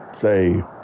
say